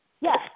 Yes